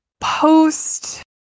post